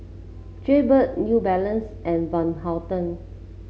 Jaybird New Balance and Van Houten